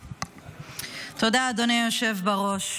תודה, אדוני היושב בראש.